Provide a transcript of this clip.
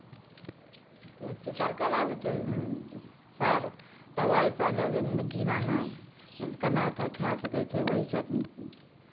चित्रकला जे छै सर तऽ ओहिसँ लोक जीवन कमाए कऽ खाए सकै छै ओहिसँ